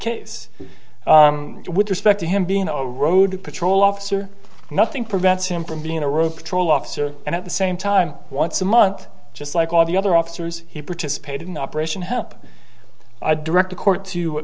case with respect to him being a road patrol officer nothing prevents him from being a row patrol officer and at the same time once a month just like all the other officers he participated in operation help i direct the court to